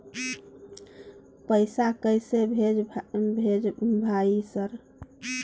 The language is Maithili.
पैसा कैसे भेज भाई सर?